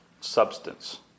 substance